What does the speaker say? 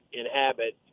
inhabit